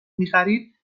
میخرید